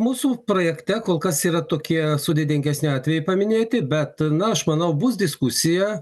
mūsų projekte kol kas yra tokie sudėtingesni atvejai paminėti bet na aš manau bus diskusija